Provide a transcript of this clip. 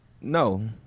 no